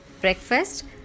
breakfast